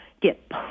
get